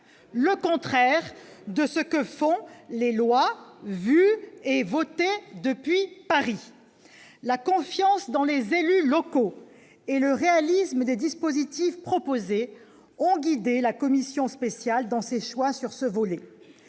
au cas par cas, au rebours des lois conçues et votées depuis Paris. La confiance dans les élus locaux et le réalisme des dispositifs proposés ont guidé la commission spéciale dans ses choix sur ce volet.